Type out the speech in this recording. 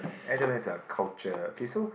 Air Jordan is a culture K so